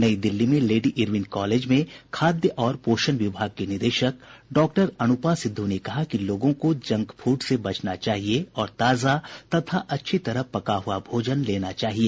नई दिल्ली में lady Irwin college में खाद्य और पोषण विभाग की निदेशक डॉक्टर अनूपा सिद्धू ने कहा कि लोगों को जंक फूड से बचना चाहिए और ताजा तथा अच्छी तरह पका हुआ भोजन लेना चाहिए